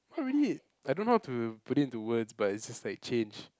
not really I don't know how to put it into words but is just like change